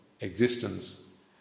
existence